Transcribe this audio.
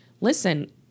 listen